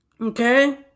Okay